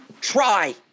Try